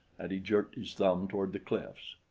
and he jerked his thumb toward the cliffs.